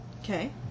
Okay